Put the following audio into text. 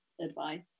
advice